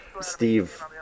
Steve